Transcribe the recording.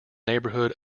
neighbourhood